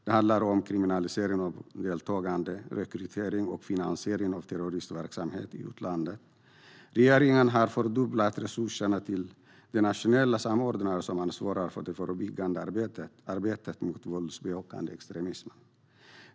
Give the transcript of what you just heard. Det handlar om kriminalisering av deltagande i, rekrytering till och finansiering av terroristverksamhet i utlandet. Regeringen har fördubblat resurserna till den nationella samordnare som ansvarar för det förebyggande arbetet mot våldsbejakande extremism.